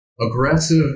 aggressive